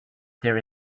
there